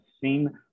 seen